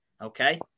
Okay